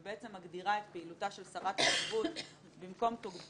ובעצם מגדירה את פעילותה של שרת התרבות במקום טוקבקיסטית